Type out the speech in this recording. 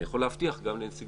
אני יכול להבטיח גם לנציג